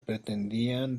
pretendían